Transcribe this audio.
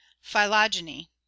Phylogeny